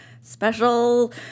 special